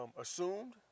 assumed